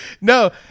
No